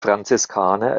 franziskaner